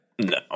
No